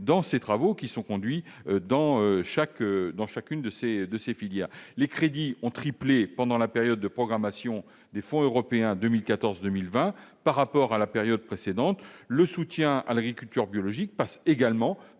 dans les travaux qui sont conduits dans chaque filière. Les crédits ont triplé pendant la période de programmation des fonds européens 2014-2020 par rapport à la période 2007-2013. Le soutien aux producteurs biologiques passe également